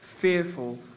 fearful